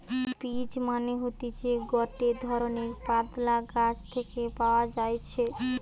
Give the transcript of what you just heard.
peach মানে হতিছে গটে ধরণের পাতলা গাছ থেকে পাওয়া যাইতেছে